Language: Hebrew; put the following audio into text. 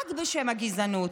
רק בשם הגזענות.